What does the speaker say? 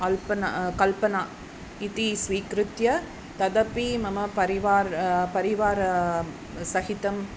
अल्पना कल्पना इति स्वीकृत्य तदपि मम परिवार् परिवारसहितम्